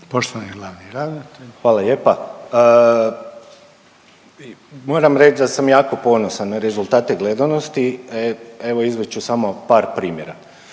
Poštovani glavni ravnatelj. **Šveb, Robert** Hvala lijepa. Moram reć da sam jako ponosan na rezultate gledanosti. Evo izvadit ću samo par primjera.